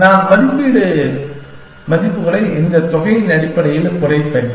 நான் மதிப்பீட்டு மதிப்புகளை இந்த தொகையின் அடிப்படையில் குறைப்பேன்